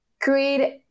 create